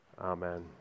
Amen